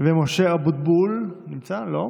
ומשה אבוטבול, נמצא, לא?